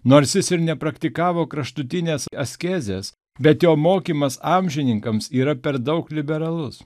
nors jis ir nepraktikavo kraštutinės askezės bet jo mokymas amžininkams yra per daug liberalus